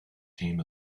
team